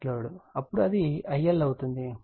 అప్పుడు అది IL అవుతుంది తరువాత cos θ